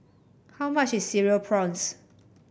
how much is Cereal Prawns